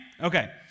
Okay